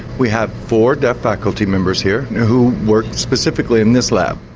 we have four deaf faculty members here who work specifically in this lab.